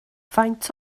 faint